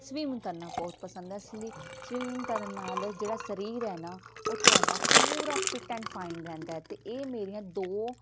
swimming ਕਰਨਾ ਬਹੁਤ ਪਸੰਦ ਹੈ ਇਸ ਲਈ ਸਵੀਮਿੰਗ ਕਰਨ ਨਾਲ ਜਿਹੜਾ ਸਰੀਰ ਹੈ ਨਾ ਉਹ ਤੁਹਾਡਾ ਪੂਰਾ ਫਿਟ ਐਂਡ ਫਾਈਨ ਰਹਿੰਦਾ ਅਤੇ ਇਹ ਮੇਰੀਆਂ ਦੋ